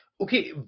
Okay